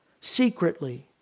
secretly